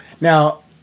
Now